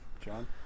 John